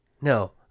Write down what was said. no